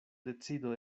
decido